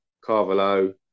Carvalho